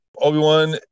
obi-wan